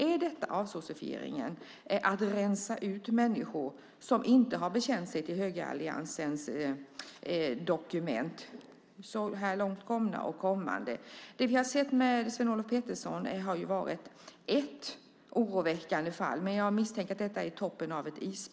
Är detta avsossifieringen - att rensa ut människor som inte har bekänt sig till högeralliansens dokument, så här långt inkomna och kommande? Det vi har sett med Lars-Olof Pettersson har ju varit ett oroväckande fall, men jag misstänker att det är toppen på ett isberg.